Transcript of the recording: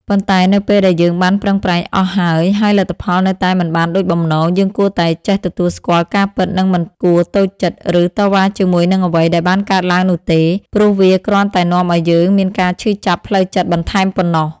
ប៉ុន្តែនៅពេលដែលយើងបានប្រឹងប្រែងអស់ហើយ ហើយលទ្ធផលនៅតែមិនបានដូចបំណង យើងគួរតែចេះទទួលស្គាល់ការពិត និងមិនគួរតូចចិត្ត ឬតវ៉ាជាមួយនឹងអ្វីដែលបានកើតឡើងនោះទេ ព្រោះវាគ្រាន់តែនាំឱ្យយើងមានការឈឺចាប់ផ្លូវចិត្តបន្ថែមប៉ុណ្ណោះ។